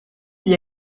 vit